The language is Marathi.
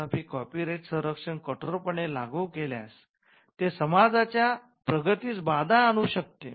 तथापि कॉपीराइट संरक्षण कठोरपणे लागू केल्यास ते समाजाच्या प्रगतीस बाधा आणू शकते